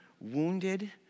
wounded